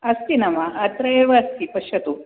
अस्ति न वा अत्रैव अस्ति पश्यतु